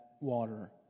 water